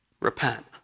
Repent